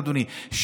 אדוני.